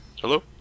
Hello